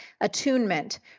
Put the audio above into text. attunement